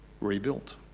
rebuilt